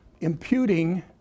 imputing